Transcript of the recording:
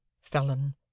felon